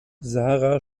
sara